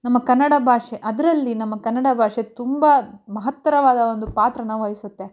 ನಮ್ಮ ಕನ್ನಡ ಭಾಷೆ ಅದರಲ್ಲಿ ನಮ್ಮ ಕನ್ನಡ ಭಾಷೆ ತುಂಬ ಮಹತ್ತರವಾದ ಒಂದು ಪಾತ್ರನ ವಹಿಸುತ್ತೆ